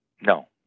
No